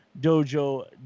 Dojo